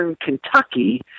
Kentucky